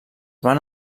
van